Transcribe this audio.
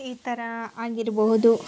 ಈ ಥರ ಆಗಿರ್ಬೋದು